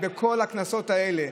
בכל הכנסות האלה,